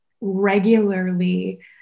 regularly